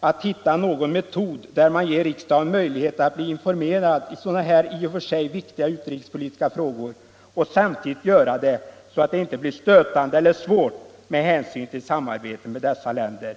att hitta någon metod där man ger riksdagen möjlighet att bli informerad i sådana här i och för sig viktiga utrikespolitiska frågor och samtidigt göra det så att det inte blir stötande eller svårt med hänsyn till samarbetet med dessa länder.